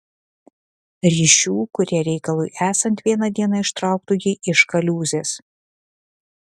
ryšių kurie reikalui esant vieną dieną ištrauktų jį iš kaliūzės